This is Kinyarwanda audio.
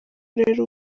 rero